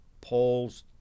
polls